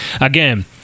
again